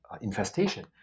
infestation